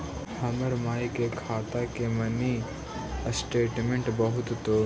हमर माई के खाता के मीनी स्टेटमेंट बतहु तो?